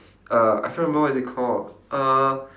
uh I can't remember what is it called uh